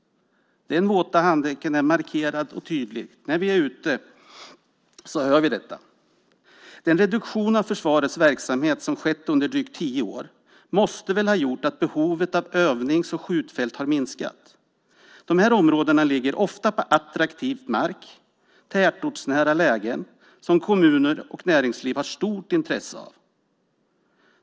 Den våta handduken är markerad och tydlig; vi hör detta när vi är ute. Den reduktion av försvarets verksamhet som skett under drygt tio år måste väl ha gjort att behovet av övnings och skjutfält har minskat. Dessa områden ligger ofta på attraktiv mark, i tätortsnära lägen, som kommuner och näringsliv har stort intresse av.